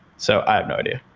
so i have no idea.